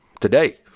today